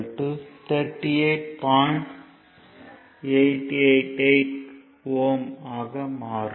888 Ω ஆக மாறும்